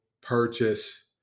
purchase